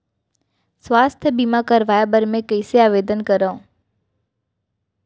स्वास्थ्य बीमा करवाय बर मैं कइसे आवेदन करव?